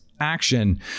action